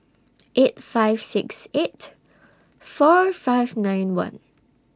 eight five six eight four five nine one